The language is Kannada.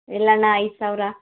ಇಲ್ಲ ಅಣ್ಣ ಐದು ಸಾವಿರ